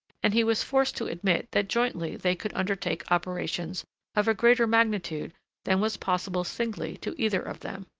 and he was forced to admit that jointly they could undertake operations of a greater magnitude than was possible singly to either of them.